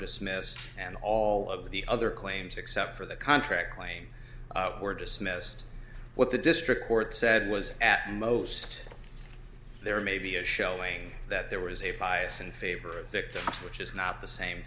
dismissed and all of the other claims except for the contract claim were dismissed what the district court said was at most there may be a showing that there was a bias in favor of victims which is not the same